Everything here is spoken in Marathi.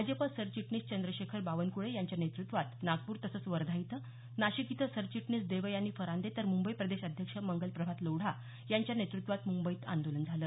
भाजप सरचिटणीस चंद्रशेखर बावनक्ळे यांच्या नेतृत्वात नागपूर तसंच वर्धा इथं नाशिक इथं सरचिटणीस देवयानी फरांदे तर मुंबईप्रदेश अध्यक्ष मंगलप्रभात लोढा यांच्या नेतृत्वात मुंबईत आंदोलन झालं